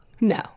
No